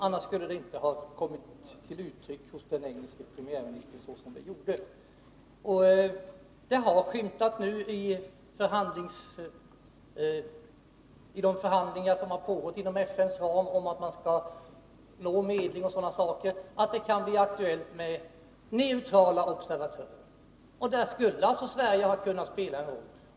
Annars skulle det inte ha kommit till uttryck hos den engelska premiärministern såsom det gjort. I de förhandlingar som pågått inom FN:s ram om medling om sådana saker har det sagts att det kan bli aktuellt med neutrala observatörer. Där skulle alltså Sverige ha kunnat spelat en roll.